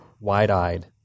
wide-eyed